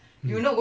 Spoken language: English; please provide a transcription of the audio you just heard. mm